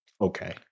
okay